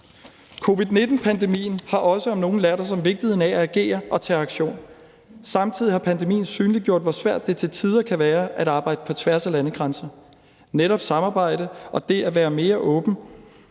Covid-19-pandemien har også om noget lært os om vigtigheden af at agere og tage aktion. Samtidig har pandemien synliggjort, hvor svært det til tider kan være at arbejde på tværs af landegrænser. Netop samarbejde og det at være mere åben